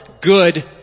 good